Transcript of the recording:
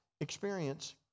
experience